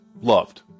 loved